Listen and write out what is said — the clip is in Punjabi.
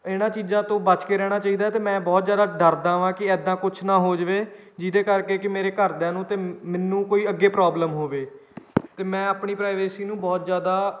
ਇਹਨਾਂ ਚੀਜ਼ਾਂ ਤੋਂ ਬਚ ਕੇ ਰਹਿਣਾ ਚਾਹੀਦਾ ਅਤੇ ਮੈਂ ਬਹੁਤ ਜ਼ਿਆਦਾ ਡਰਦਾ ਹਾਂ ਕਿ ਇੱਦਾਂ ਕੁਛ ਨਾ ਹੋ ਜਾਵੇ ਜਿਹਦੇ ਕਰਕੇ ਕਿ ਮੇਰੇ ਘਰਦਿਆਂ ਨੂੰ ਅਤੇ ਮੈਨੂੰ ਕੋਈ ਅੱਗੇ ਪ੍ਰੋਬਲਮ ਹੋਵੇ ਅਤੇ ਮੈਂ ਆਪਣੀ ਪ੍ਰਾਈਵੇਸੀ ਨੂੰ ਬਹੁਤ ਜ਼ਿਆਦਾ